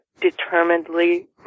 determinedly